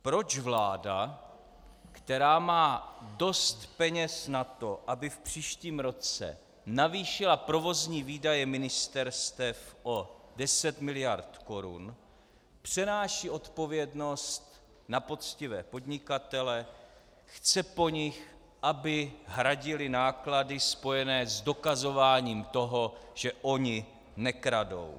Proč vláda, která má dost peněz na to, aby v příštím roce navýšila provozní výdaje ministerstev o 10 mld. korun, přenáší odpovědnost na poctivé podnikatele, chce po nich, aby hradili náklady spojené s dokazováním toho, že oni nekradou?